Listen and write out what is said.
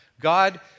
God